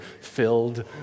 filled